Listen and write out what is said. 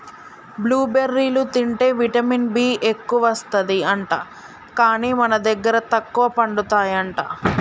blue బెర్రీలు తింటే vitamin B ఎక్కువస్తది అంట, కానీ మన దగ్గర తక్కువ పండుతాయి అంట